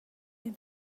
him